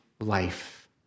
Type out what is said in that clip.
life